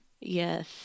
yes